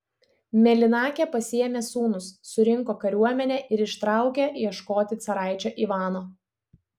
mėlynakė pasiėmė sūnus surinko kariuomenę ir ištraukė ieškoti caraičio ivano